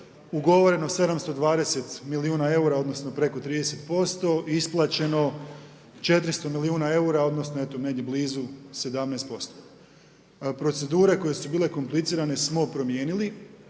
ugovoreno 720 milijuna eura odnosno preko 30%, isplaćeno 400 milijuna eura odnosno blizu 17%. Procedure koje su bile komplicirane smo promijenili,